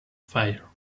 fire